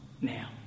now